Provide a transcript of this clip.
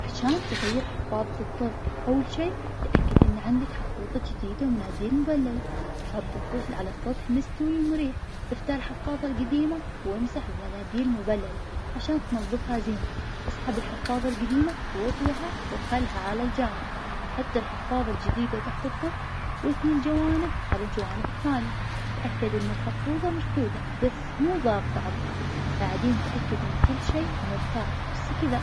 عشان تغيير حفاضة الطفل, أول شي, تأكد إن عندك حفوضة جديدة, ومناديل مبللة, حط الطفل على سطح مستوي ومريح, اخلع الحفاظ القديمة, وامسح بمناديل مبللة, عشان تنظفها زين, اسحب الحفاظة القديمة, و واطوها وخلها على الجانب, حط الحفاظة الجديدة تحت الطفل واثني الجوانب على الجوانب الثانية, تأكد إن الحفوظة مشدودة, بس مو ضاغطة عالطفل, بعدين تأكد إن كل شي مرتاح, بس كذا.